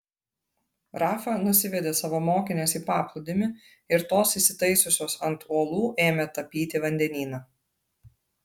rafa nusivedė savo mokines į paplūdimį ir tos įsitaisiusios ant uolų ėmė tapyti vandenyną